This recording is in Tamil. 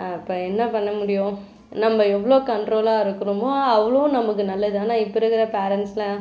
அப்போ என்ன பண்ண முடியும் நம்ம எவ்வளோ கண்ட்ரோலாக இருக்கிறோமோ அவ்வளோ நமக்கு நல்லது ஆனால் இப்போ இருக்கிற பேரெண்ட்ஸ்லாம்